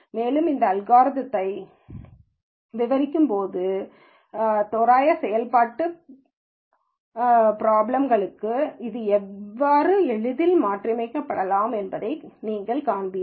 மேலும் இந்த அல்காரிதம்யை விவரிக்கும்போது தோராய செயல்பாட்டு பிராப்ளம்களுக்கு இது எவ்வாறு எளிதில் மாற்றியமைக்கப்படலாம் என்பதை நீங்கள் காண்பீர்கள்